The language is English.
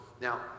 Now